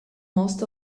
most